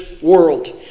world